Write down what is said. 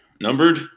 numbered